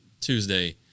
Tuesday